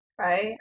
Right